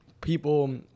people